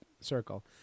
circle